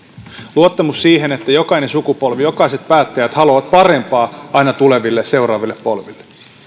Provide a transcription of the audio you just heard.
luottamus siihen että jokainen sukupolvi jokaiset päättäjät haluavat parempaa aina tuleville seuraaville polville